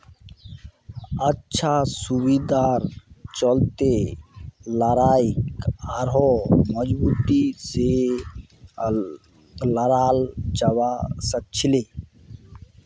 अच्छा सुविधार चलते लड़ाईक आढ़ौ मजबूती से लड़ाल जवा सखछिले